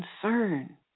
concern